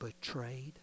betrayed